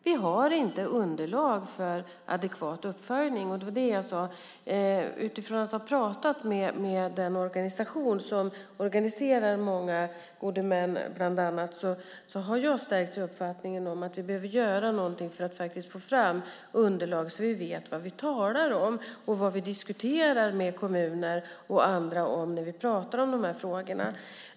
Vi har inte underlag för adekvat uppföljning, och utifrån att ha talat med den organisation som bland annat organiserar många gode män har jag stärkts i uppfattningen att vi behöver göra något för att faktiskt få fram underlag så att vi vet vad vi talar om och vad vi diskuterar med kommuner och andra när det gäller dessa frågor.